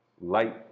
light